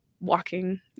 walking